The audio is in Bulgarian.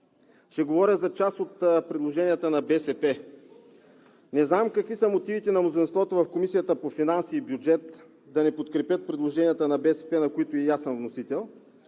Ще говоря за част от предложенията на БСП. Не знам какви са мотивите на мнозинството в Комисията по бюджет и финанси да не подкрепят предложенията на БСП, на които и аз съм вносител,